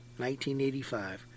1985